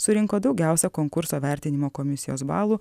surinko daugiausia konkurso vertinimo komisijos balų